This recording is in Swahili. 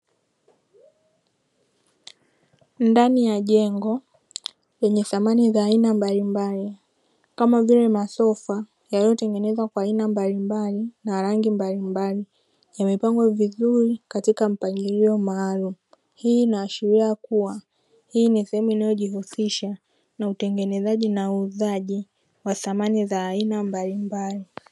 Ndani ya jengo lenye samani za aina mbalimbali kama vile masofa yaliyotengenezwa kwa aina mbalimbali na rangi mbalimbali yamepangwa vizuri katika mpangilio maalumu. Hii inaashiria kuwa hii ni sehemu inayojihusisha na utengenezaji na uuzaji wa samani za aina mbalimbali.